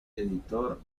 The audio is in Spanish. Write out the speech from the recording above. editor